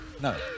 No